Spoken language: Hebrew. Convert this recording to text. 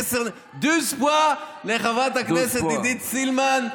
עשר נקודות, דוז פואה לחברת הכנסת עידית סילמן.